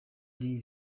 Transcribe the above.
iri